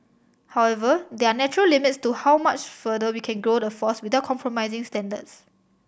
however there are natural limits to how much further we can grow the force without compromising standards